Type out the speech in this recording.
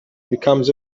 becomes